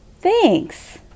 Thanks